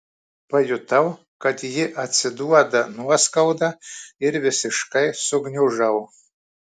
pajutau kad ji atsiduoda nuoskauda ir visiškai sugniužau